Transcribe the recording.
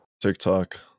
TikTok